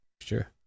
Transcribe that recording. sure